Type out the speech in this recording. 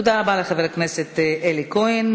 תודה רבה לחבר הכנסת אלי כהן.